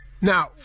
Now